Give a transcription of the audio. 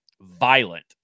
violent